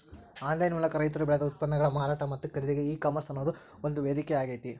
online ಮೂಲಕ ರೈತರು ಬೆಳದ ಉತ್ಪನ್ನಗಳ ಮಾರಾಟ ಮತ್ತ ಖರೇದಿಗೆ ಈ ಕಾಮರ್ಸ್ ಅನ್ನೋದು ಒಂದು ವೇದಿಕೆಯಾಗೇತಿ